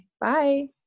Bye